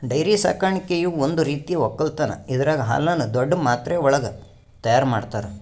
dairy ಸಾಕಾಣಿಕೆಯು ಒಂದ್ ರೀತಿಯ ಒಕ್ಕಲತನ್ ಇದರಾಗ್ ಹಾಲುನ್ನು ದೊಡ್ಡ್ ಮಾತ್ರೆವಳಗ್ ತೈಯಾರ್ ಮಾಡ್ತರ